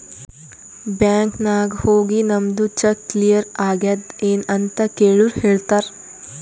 bank ನಾಗ್ ಹೋಗಿ ನಮ್ದು ಚೆಕ್ ಕ್ಲಿಯರ್ ಆಗ್ಯಾದ್ ಎನ್ ಅಂತ್ ಕೆಳುರ್ ಹೇಳ್ತಾರ್